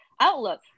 Outlook